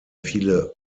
viele